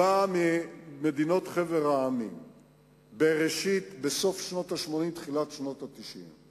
מחבר המדינות בסוף שנות ה-80 ובתחילת שנות ה-90,